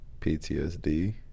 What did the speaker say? PTSD